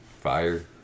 fire